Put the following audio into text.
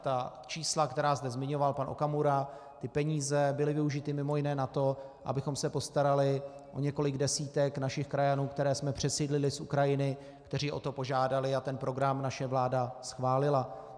Ta čísla, která zde zmiňoval pan Okamura, ty peníze byly využity mj. na to, abychom se postarali o několik desítek našich krajanů, které jsme přesídlili z Ukrajiny, kteří o to požádali, a ten program naše vláda schválila.